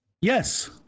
Yes